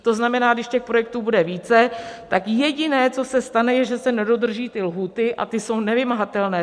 To znamená, když těch projektů bude více, tak jediné, co se stane, je, že se nedodrží ty lhůty, a ty jsou nevymahatelné.